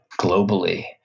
globally